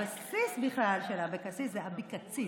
הבסיס בכלל של אבקסיס זה אביקציץ.